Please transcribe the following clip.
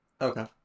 Okay